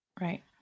Right